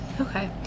okay